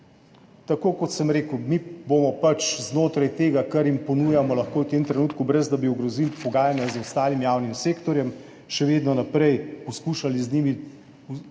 Tako kot sem rekel, mi bomo znotraj tega, kar jim lahko ponujamo v tem trenutku, ne da bi ogrozili pogajanja z ostalim javnim sektorjem, še naprej poskušali z njimi